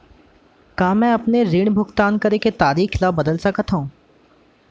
का मैं अपने ऋण भुगतान करे के तारीक ल बदल सकत हो?